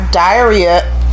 diarrhea